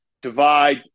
divide